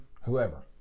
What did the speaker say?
Whoever